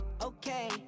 Okay